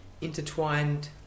intertwined